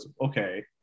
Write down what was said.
okay